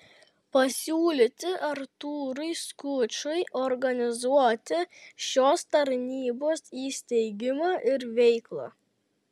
pasiūlyti artūrui skučui organizuoti šios tarnybos įsteigimą ir veiklą